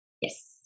Yes